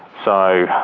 so,